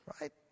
right